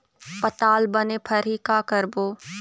पताल बने फरही का करबो?